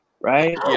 right